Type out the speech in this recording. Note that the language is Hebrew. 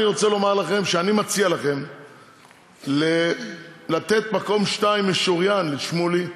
אני רוצה לומר לכם שאני מציע לכם לתת מקום שני משוריין לשמולי,